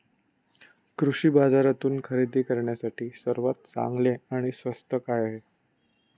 कृषी बाजारातून खरेदी करण्यासाठी सर्वात चांगले आणि स्वस्त काय आहे?